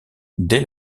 dès